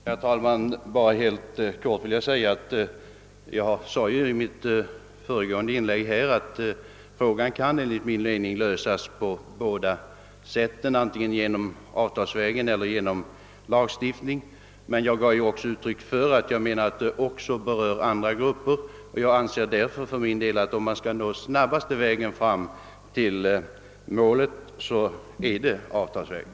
Herr talman! Jag vill endast erinra om att jag i mitt föregående inlägg sade att frågan enligt min mening kan lösas på båda sätten, d.v.s. antingen avtalsvägen eller genom lagstiftning. Jag gav emellertid också uttryck för att jag menade att den berör andra grupper. Den snabbaste vägen fram till målet för en speciell grupp är därför avtalsvägen.